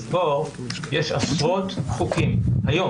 כמו